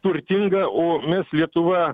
turtinga o mes lietuvoje